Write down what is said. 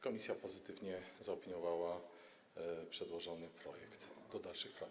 Komisja pozytywnie zaopiniowała przedłożony projekt do dalszych prac.